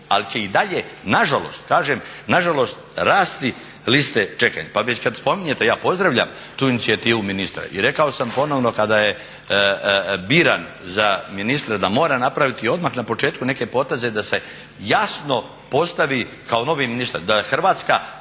ali će i dalje nažalost, kažem nažalost rasti liste čekanja. Pa već kad spominjete, ja pozdravljam tu inicijativu ministra i rekao sam ponovno kada je biran za ministra da mora napraviti odmah na početku neke poteze da se jasno postavi kao ministar,